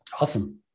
Awesome